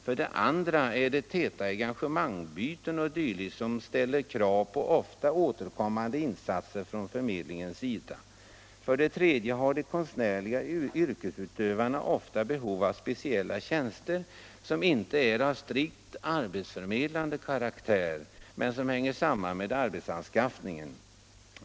För det andra är det täta enga gemangsbyten o. d. som ställer krav på ofta återkommande insatser från — Nr 97 förmedlingens sida. För det tredje har de konstnärliga yrkesutövarna ofta Fredagen den behov av speciella tjänster som inte är av strikt arbetsförmedlande ka 2 april 1976 raktär men som hänger samman med arbetsanskaffningen.